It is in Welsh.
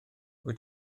wyt